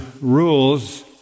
rules